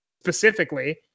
specifically